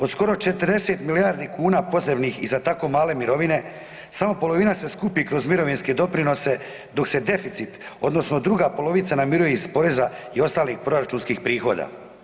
Od skoro 40 milijardi kuna potrebnih i za tako male mirovine, samo polovina se skupi kroz mirovinske doprinose dok se deficit odnosno druga polovica namiruje iz poreza i ostalih proračunskih prihoda.